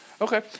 Okay